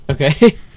Okay